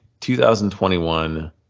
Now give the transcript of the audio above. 2021